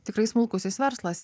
tikrai smulkusis verslas